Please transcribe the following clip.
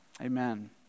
Amen